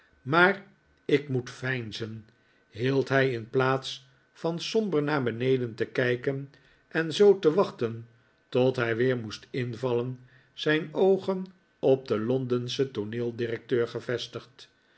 maar ik moet veinien hield hij in plaats van somber naar beneden te kijken en zoo te wachten tot hij weer moest invallen zijn oogen op den londenschen tooneeldirecteur gevestigd